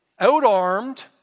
outarmed